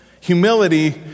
humility